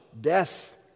death